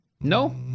No